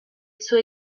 suo